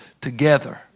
together